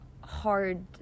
hard